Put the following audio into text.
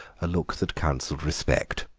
a look that counselled respect.